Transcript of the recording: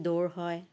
দৌৰ হয়